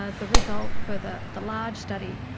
ah the result for the the large study.